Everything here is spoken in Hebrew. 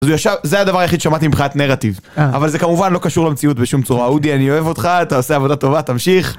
זה הדבר היחיד ששמעתי מבחינת נרטיב, אבל זה כמובן לא קשור למציאות בשום צורה, אודי אני אוהב אותך, אתה עושה עבודה טובה, תמשיך.